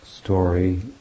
story